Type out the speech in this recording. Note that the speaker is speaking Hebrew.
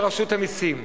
לרשות המסים.